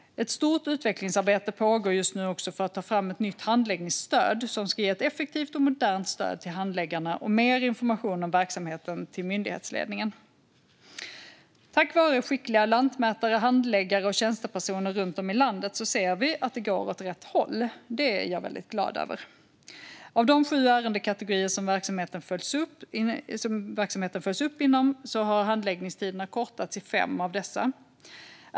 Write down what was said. Ett stort utvecklingsarbete pågår också just nu för att ta fram ett nytt handläggningsstöd, som ska ge ett effektivt och modernt stöd till handläggarna och mer information om verksamheten till myndighetsledningen. Tack vare skickliga lantmätare, handläggare och tjänstepersoner runt om i landet går det nu åt rätt håll. Det är jag väldigt glad över. I de sju ärendekategorier som verksamheten följs upp inom har handläggningstiderna kortats i fem.